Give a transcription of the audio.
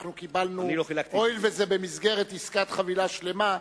הואיל וזה במסגרת עסקת חבילה שלמה,